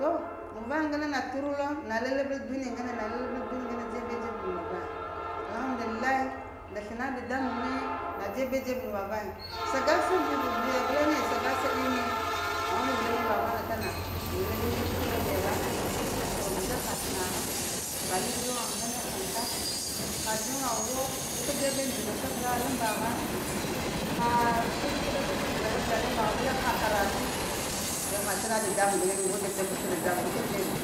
To muŋ vaya ŋgane na tor lo na laləɓal duniya ŋgane, na laləɓəl duniya ŋgane na dzebe-dzebel muŋ va vaya alhamdulillahi nda sləna dadamuŋ lillahi nda sləna dadamuŋ guleŋe na dzebe-dzebeɗ muŋ va vaya. Sagassa viya guleŋe sagasa imi pghən guleŋe muŋ va vana kana lula imi kukəɗa viya ba. To vita ha sləna ha, va li dzoŋa ŋgane həŋka ha dzoŋagh guleŋe wo guka dzeb ndzəɗəŋka avəla lambagha. Ha vita kukəɗa ka ndzəɗa avəla lambagh guleŋ ha karatu, aiya ha sləna dadamuŋ guleŋ mbawa dzeb da pəg ka dadamuŋ guleŋ, gu ka dzebe